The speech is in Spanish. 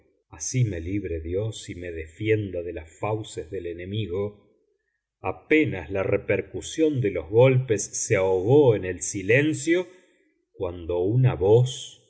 así me libre dios y me defienda de las fauces del enemigo apenas la repercusión de los golpes se ahogó en el silencio cuando una voz